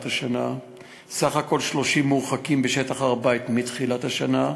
סך הכול 30 מורחקים בשטח הר-הבית מתחילת השנה,